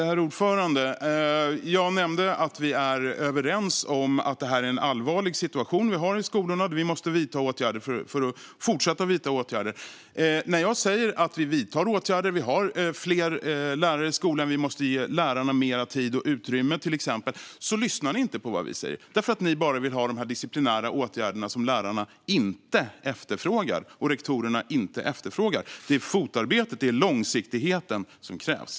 Herr talman! Jag nämnde att vi är överens om att situationen i skolorna är allvarlig. Vi måste fortsätta vidta åtgärder. När jag säger att vi vidtar åtgärder lyssnar ni inte på vad vi säger. Vi har fler lärare i skolan, men vi måste till exempel ge lärarna mer tid och utrymme. Men ni vill bara ha sådana disciplinära åtgärder som lärarna och rektorerna inte efterfrågar. Det är fotarbete och långsiktighet som krävs.